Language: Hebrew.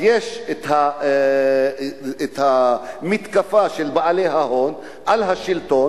אז יש מתקפה של בעלי ההון על השלטון,